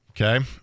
okay